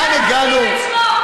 לאן הגענו?